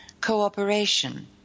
cooperation